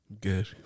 Good